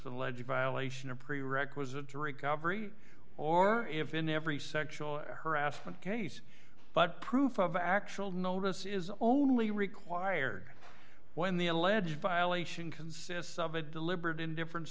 a legit violation a prerequisite to recovery or if in every sexual harassment case but proof of actual notice is only required when the alleged violation consists of a deliberate indifference